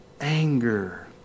anger